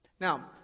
Now